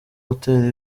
gutera